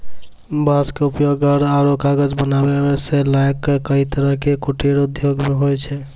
बांस के उपयोग घर आरो कागज बनावै सॅ लैक कई तरह के कुटीर उद्योग मॅ होय छै